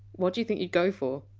what do you think you go for?